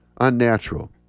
unnatural